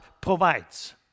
provides